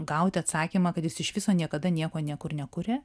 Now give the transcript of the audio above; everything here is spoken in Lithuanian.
gauti atsakymą kad jis iš viso niekada nieko niekur nekuria